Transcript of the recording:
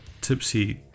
Tipsy